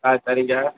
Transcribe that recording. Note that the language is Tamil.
ஆ சரிங்க